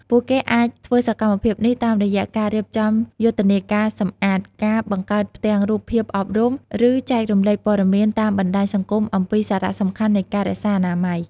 ពួកគេអាចធ្វើសកម្មភាពនេះតាមរយៈការរៀបចំយុទ្ធនាការសម្អាត, ការបង្កើតផ្ទាំងរូបភាពអប់រំ ឬចែករំលែកព័ត៌មានតាមបណ្ដាញសង្គមអំពីសារៈសំខាន់នៃការរក្សាអនាម័យ។